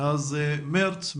מאז מרץ,